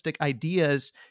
ideas